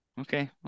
Okay